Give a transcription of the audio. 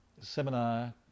seminar